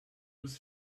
was